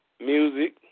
music